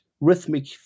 rhythmic